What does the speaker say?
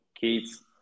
kids